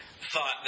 thought